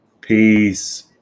peace